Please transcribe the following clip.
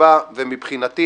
ונקבע ומבחינתי